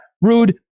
rude